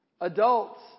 Adults